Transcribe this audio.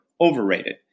overrated